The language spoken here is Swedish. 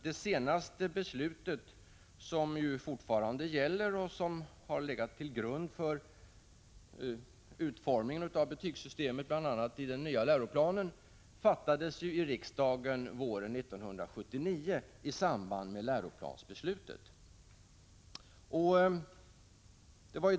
Det senaste beslutet, som fortfarande gäller och som har legat till grund för utformningen av betygssystemet i den nya läroplanen, fattades i riksdagen våren 1979 i samband med läroplansbeslutet.